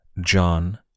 John